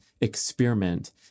experiment